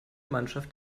mannschaft